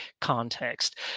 context